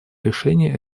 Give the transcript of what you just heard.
решения